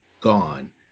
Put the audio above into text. gone